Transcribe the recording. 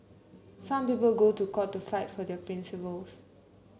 some people go to court to fight for their principles